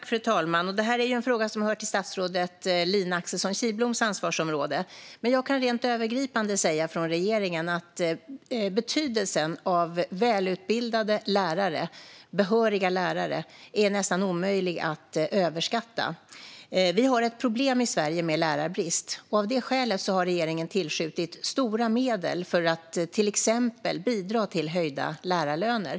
Fru talman! Detta är en fråga som hör till statsrådet Lina Axelsson Kihlbloms ansvarsområde, men jag kan rent övergripande säga från regeringen att betydelsen av välutbildade och behöriga lärare nästan är omöjlig att överskatta. Vi har ett problem med lärarbrist i Sverige. Av det skälet har regeringen tillskjutit stora medel för att till exempel bidra till höjda lärarlöner.